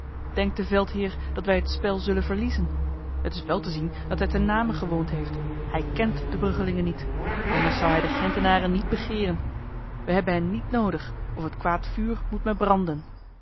denkt de veldheer dat wij het spel zullen verliezen het is wel te zien dat hij te namen gewoond heeft hij kent de bruggelingen niet anders zou hij de gentenaren niet begeren wij hebben hen niet nodig of't kwaad vuur moet mij branden